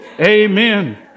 Amen